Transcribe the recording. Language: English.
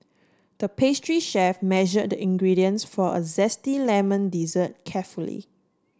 the pastry chef measured the ingredients for a zesty lemon dessert carefully